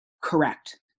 Correct